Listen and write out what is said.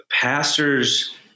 pastors